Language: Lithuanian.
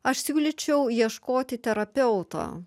aš siūlyčiau ieškoti terapeuto